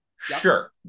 Sure